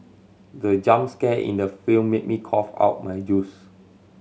the jump scare in the film made me cough out my juice